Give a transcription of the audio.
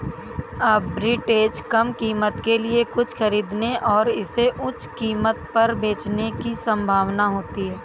arbitrage कम कीमत के लिए कुछ खरीदने और इसे उच्च कीमत पर बेचने की संभावना होती है